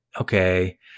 Okay